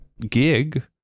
gig